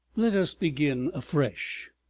let us begin afresh!